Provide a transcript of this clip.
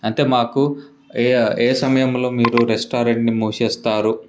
అంటే మాకు ఏ సమయంలో మీరు రెస్టారెంట్ని మూసేస్తారు